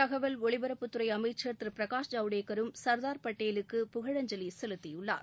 தகவல் ஒலிபரப்புத்துறை அமைச்சர் திரு பிரகாஷ் ஜவடேகரும் சர்தார் படேலுக்கு புகழஞ்சலி செலுத்தியுள்ளார்